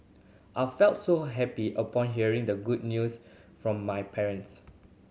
I felt so happy upon hearing the good news from my parents